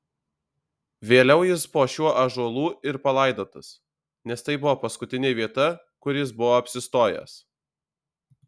vėliau jis po šiuo ąžuolų ir palaidotas nes tai buvo paskutinė vieta kur jis buvo apsistojęs